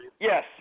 Yes